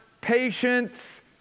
patience